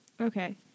Okay